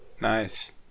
Nice